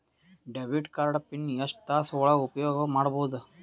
Debit card PIN ಎಷ್ಟ ತಾಸ ಒಳಗ ಉಪಯೋಗ ಮಾಡ್ಬಹುದು?